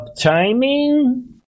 timing